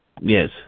Yes